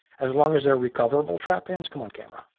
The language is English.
as long as they're recoverable trap pins. come on, camera.